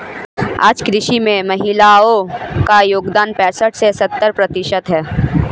आज कृषि में महिलाओ का योगदान पैसठ से सत्तर प्रतिशत है